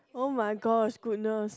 oh-my-gosh goodness